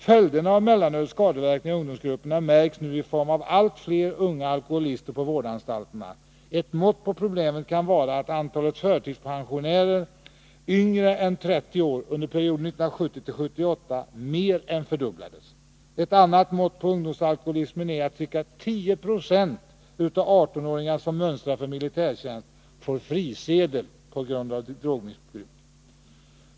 Följderna av mellanölets skadeverkningar i ungdomsgrupperna märks nu i form av allt fler unga alkoholister på vårdanstalterna. Ett mått på problemet kan vara att antalet förtidspensionärer yngre än trettio år under perioden 1970-1978 mer än fördubblades. Ett annat mått på ungdomsalkoholismen är att ca 10 96 av 18-åringarna som mönstrar för militärtjänst får frisedel på grund av sitt drogmissbruk.